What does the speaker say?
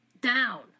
down